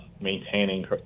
maintaining